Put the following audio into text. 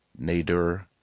Nader